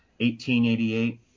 1888